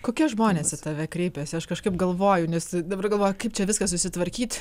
kokie žmonės į tave kreipiasi aš kažkaip galvoju nes dabar galvoju kaip čia viską susitvarkyt